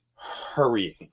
Hurrying